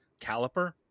caliper